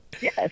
Yes